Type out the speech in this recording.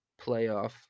playoff